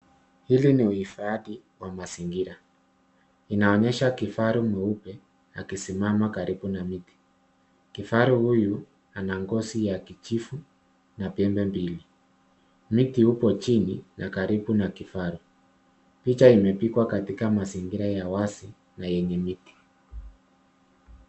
Hili ni uhifadhi wa mazingira, inaonyesha kifaru mweupe akisimama karibu na miti. Kifaru huyu ana ngozi ya kijivu na pembe mbili. Miti upo chini karibu na kifaru. Picha imepigwa katika mazingira ya wazi na yenye miti.